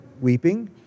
weeping